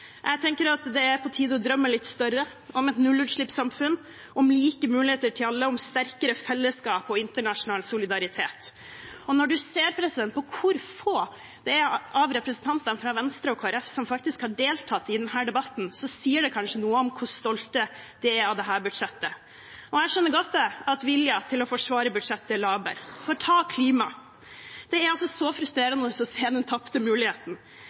Jeg tenker det er på tide å drømme litt større – om et nullutslippssamfunn, om like muligheter til alle, om sterkere fellesskap og internasjonal solidaritet. Når man ser på hvor få av representantene fra Venstre og Kristelig Folkeparti som faktisk har deltatt i denne debatten, sier det kanskje noe om hvor stolte de er av dette budsjettet. Jeg skjønner godt at viljen til å forsvare budsjettet er laber. Ta klimaet: Det er så frustrerende når man ser den tapte muligheten.